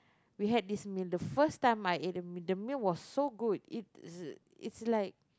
we had this meal the first time I ate the meal the meal was so good it's it's like